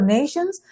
nations